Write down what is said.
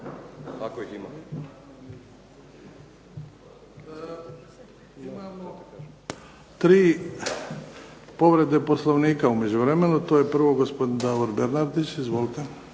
ako ih ima.